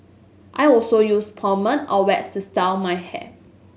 I also use pomade or wax to style my hair